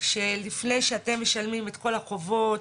שלפני שאתם משלמים את כל החובות,